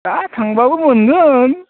दा थांब्लाबो मोनगोन